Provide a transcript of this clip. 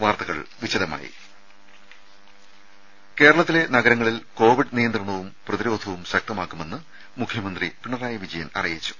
വാർത്തകൾ വിശദമായി കേരളത്തിലെ നഗരങ്ങളിൽ കോവിഡ് നിയന്ത്രണവും പ്രതിരോധവും ശക്തമാക്കുമെന്ന് മുഖ്യമന്ത്രി പിണറായി വിജയൻ അറിയിച്ചു